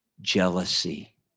Jealousy